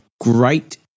great